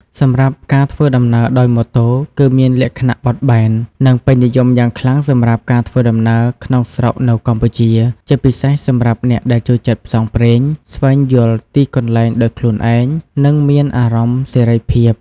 សម្រាប់ការធ្វើដំណើរដោយ ម៉ូតូ គឺមានលក្ខណៈបត់បែន និងពេញនិយមយ៉ាងខ្លាំងសម្រាប់ការធ្វើដំណើរក្នុងស្រុកនៅកម្ពុជា ជាពិសេសសម្រាប់អ្នកដែលចូលចិត្តផ្សងព្រេង ស្វែងយល់ទីកន្លែងដោយខ្លួនឯង និងមានអារម្មណ៍សេរីភាព។